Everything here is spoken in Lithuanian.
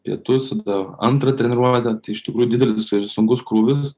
pietus tada antrą treniruotę iš tikrųjų didelis ir sunkus krūvis